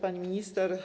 Pani Minister!